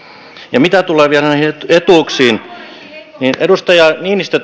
mitä tulee vielä näihin etuuksiin edustaja niinistö